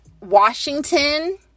washington